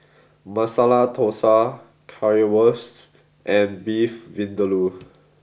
Masala Dosa Currywurst and Beef Vindaloo